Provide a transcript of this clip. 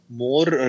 more